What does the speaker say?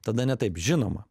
tada ne taip žinoma